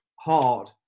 hard